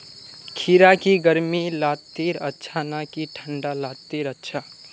खीरा की गर्मी लात्तिर अच्छा ना की ठंडा लात्तिर अच्छा?